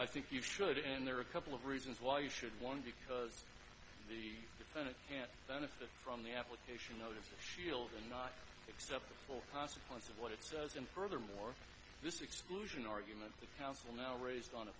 i think you should in there are a couple of reasons why you should one because the defendant can't benefit from the application of the shield and not accept the full consequence of what it says and furthermore this exclusion argument that counsel now raised on a